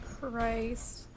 Christ